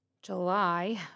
July